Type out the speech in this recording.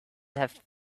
have